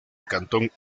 cantón